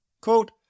Quote